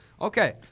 Okay